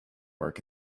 work